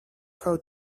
how